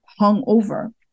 hungover